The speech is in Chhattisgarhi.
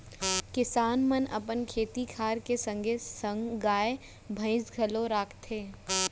किसान मन अपन खेती खार के संगे संग गाय, भईंस घलौ राखथें